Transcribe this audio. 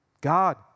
God